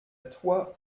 toi